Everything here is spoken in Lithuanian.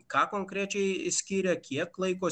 ką konkrečiai išskyrė kiek laiko